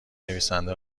نویسنده